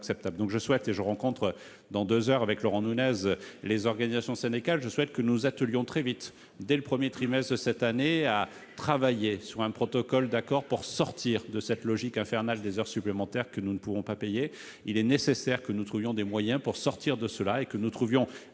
Je souhaite que nous nous attelions très vite, dès le premier trimestre de l'année prochaine, à travailler sur un protocole d'accord pour sortir de cette logique infernale des heures supplémentaires que nous ne pouvons pas payer. Il est nécessaire que nous trouvions les moyens de sortir de cette situation.